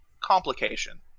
complication